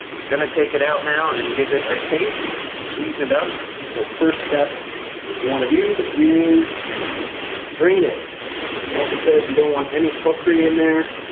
gonna take it out now and give it a taste. sweeten it up. so first step you want to do is strain it. so mokko says you don't want any fokery in there.